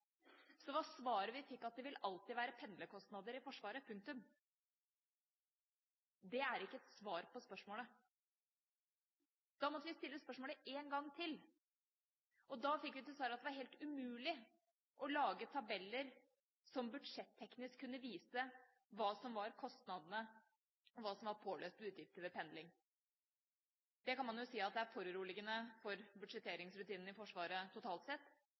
vi det svaret at det alltid vil være pendlerkostnader i Forsvaret. Punktum. Dét er ikke noe svar på spørsmålet. Da måtte vi stille spørsmålet én gang til, og da fikk vi til svar at det var helt umulig å lage tabeller som budsjetteknisk kunne vise hva som var kostnadene, og hva som var påbeløpte utgifter ved pendling – og det kan man jo si er foruroligende for budsjetteringsrutinene i Forsvaret totalt sett.